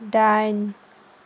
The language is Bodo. दाइन